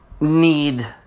Need